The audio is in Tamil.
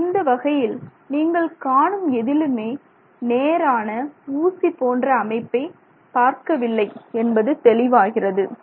இந்த வகையில் நீங்கள் காணும் எதிலுமே நேரான ஊசி போன்ற அமைப்பை பார்க்கவில்லை என்பது தெளிவாகிறது